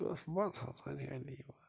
کُس مزٕ ہسا چھُ اَتہِ یِوان